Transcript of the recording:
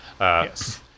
Yes